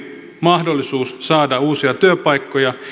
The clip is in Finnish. mahdollisuus saada uusia työpaikkoja